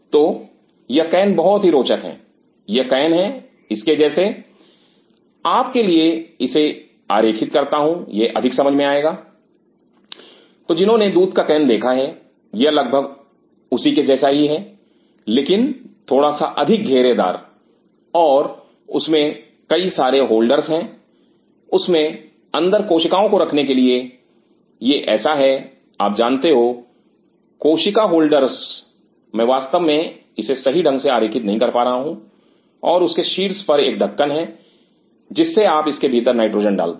तो यह कैन बहुत ही रोचक हैं यह कैन है इसके जैसे आपके लिए इसे आरेखित करता हूं यह अधिक समझ में आएगा जिन्होंने दूध का कैन देखा है यह लगभग उसके जैसा ही है लेकिन थोड़ा सा अधिक घेरेदार और उसमें कई सारे होल्डर्स हैं उसमें अंदर कोशिकाओं को रखने के लिए यह ऐसा है आप जानते हो कोशिका होल्डर्स मैं वास्तव में इसे सही ढंग से आरेखित नहीं कर पा रहा हूं और उसके शीर्ष पर एक ढक्कन है जिससे आप इसके भीतर नाइट्रोजन डालते हो